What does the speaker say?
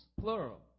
plural